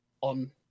on